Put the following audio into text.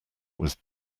was